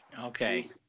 Okay